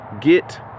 get